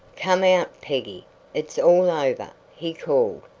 come out, peggy it's all over, he called.